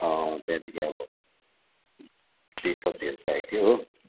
त्यहाँदेखि अब फ्रेस सब्जीहरू चाहिएको थियो हो